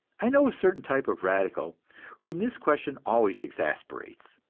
i know a certain type of radical whom this question always exasperates.